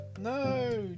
No